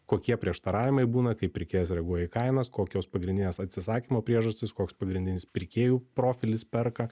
kokie prieštaravimai būna kaip pirkėjas reaguoja į kainas kokios pagrindinės atsisakymo priežastis koks pagrindinis pirkėjų profilis perka